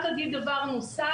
בפברואר